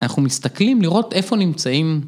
אנחנו מסתכלים לראות איפה נמצאים.